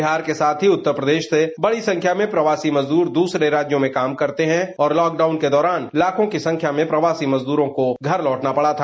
बिहार के साथ ही उत्तर प्रदेश से बड़ी संख्या में प्रवासी मजदूर दूसरे राज्यों में काम करते हैं और लॉकडाउन के दौरान लाखों की संख्या में प्रवासी मजदूरों को घर लौटना पड़ा था